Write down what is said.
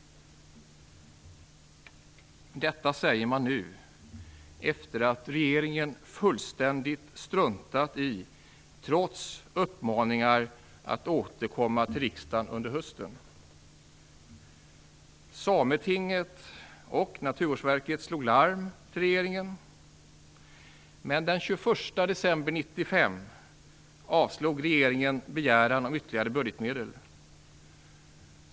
Det säger man nu, efter det att regeringen struntat i detta - trots uppmaningar om att den skall återkomma till riksdagen under hösten! Sametinget och Naturvårdsverket slog larm till regeringen. Men den 21 december 1995 avslog regeringen begäran om ytterligare budgetmedel.